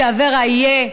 שאברה יהיה